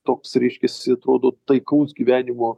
toks reiškiasi atrodo taikaus gyvenimo